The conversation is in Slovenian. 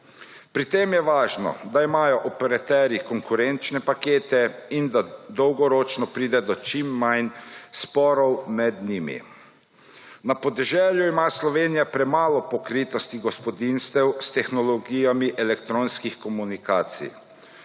Pri tem je važno, da imajo operaterji konkurenčne pakete in da dolgoročno pride do čim manj sporov med njimi. Na podeželju ima Slovenija premalo pokritosti gospodinjstev s tehnologijami elektronskih komunikacij.